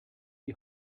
die